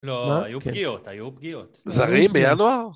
לא, היו פגיעות, היו פגיעות. זרים בינואר?